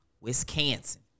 Wisconsin